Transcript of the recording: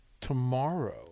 tomorrow